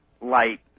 light